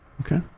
Okay